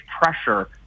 pressure